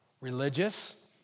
Religious